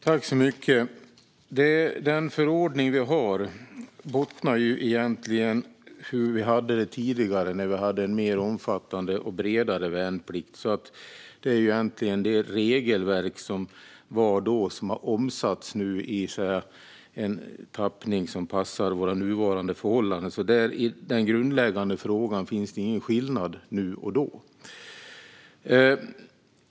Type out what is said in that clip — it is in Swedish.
Fru talman! Den förordning vi har bottnar i hur vi hade det tidigare, när vi hade en mer omfattande och bredare värnplikt. Det är egentligen det regelverk som fanns då som nu har omsatts i en tappning som passar våra nuvarande förhållanden. I denna grundläggande fråga finns det ingen skillnad mellan nu och då.